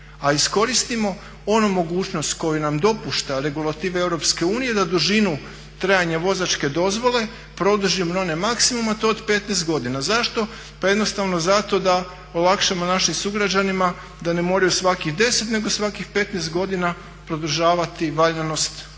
A iskoristimo onu mogućnost koju nam dopuštaju regulative Europske unije da dužinu trajanja vozačke dozvole produžimo na onaj maksimu a to je od 15 godina. Zašto? Pa jednostavno zato da olakšamo našim sugrađanima da ne moraju svakih 10 nego svakih 15 godina produžavati valjanost vozačke